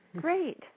great